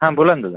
हा बोला नं दादा